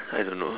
I don't know